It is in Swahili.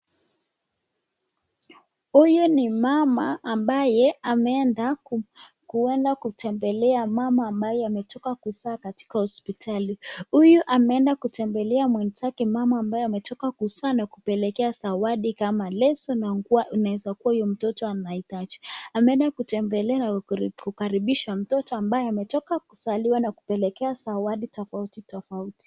Huyu ni mama ambaye ameenda kuenda kutembelea mama ambaye ametoka kuzaa katika hospitali. Huyu ameenda kutembelea mwenzake mama ambaye ametoka kuzaa na kumpelekea zawadi kama leso na nguo inaweza kuwa huyu mtoto anahitaji. Ameenda kutembelea na kukaribisha mtoto ambaye ametoka kuzaliwa na kumpelekea zawadi tofauti tofauti.